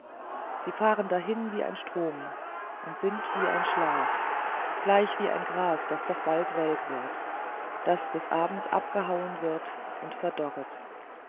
sie fahren dahin wie ein strom und sind wie ein schlaf gleich wie ein gras das doch bald welk wird das des abends abgehauen wird und verdorret